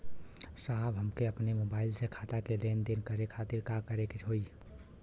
साहब हमके अपने मोबाइल से खाता के लेनदेन करे खातिर का करे के होई?